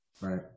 Right